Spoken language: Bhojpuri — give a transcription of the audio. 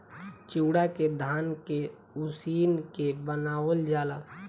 चिवड़ा के धान के उसिन के बनावल जाला